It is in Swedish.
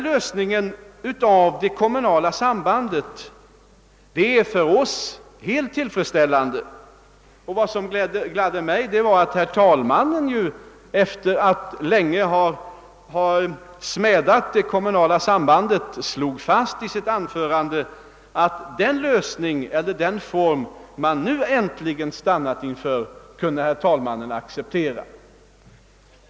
Lösningen av det kommunala sambandet genom gemensam valdag är för oss helt tillfredsställande, och det gladde mig att herr förste vice talmannen, som länge smädade det kommunala sambandet, i sitt anförande slog fast att den form man nu äntligen stannat för kunde accepteras.